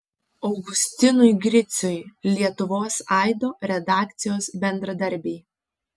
augustinui griciui lietuvos aido redakcijos bendradarbiai